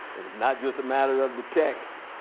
and it's not just a matter of the text.